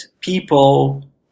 people